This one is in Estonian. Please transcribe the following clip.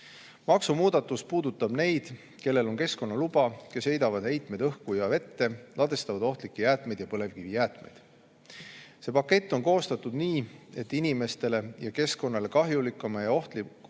Maksumuudatus puudutab neid, kellel on keskkonnaluba, kes heidavad heitmeid õhku ja vette, ladestavad ohtlikke jäätmeid ja põlevkivijäätmeid. See pakett on koostatud nii, et inimestele ja keskkonnale kahjulikumate ja ohtlikumate